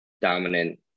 dominant